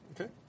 Okay